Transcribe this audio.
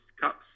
cups